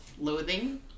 loathing